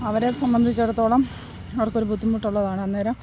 അവരെ സംബന്ധിച്ചിടത്തോളം അവർക്കൊരു ബുദ്ധിമുട്ടുള്ളതാണ് അന്നേരം